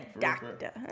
doctor